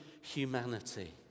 humanity